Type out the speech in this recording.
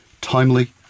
timely